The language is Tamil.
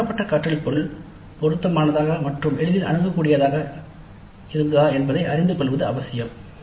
எனவே வழங்கப்பட்ட கற்றல் பொருள் பொருத்தமானதா மற்றும் எளிதில் அணுகக்கூடியதா என்பதை அறிந்து கொள்வது அவசியம்